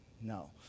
No